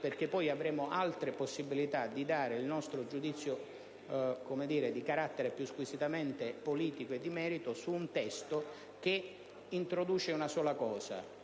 perché poi avremo altre possibilità per dare il nostro giudizio di carattere più squisitamente politico e di merito su un testo che introduce una sola cosa: